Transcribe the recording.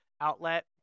outlet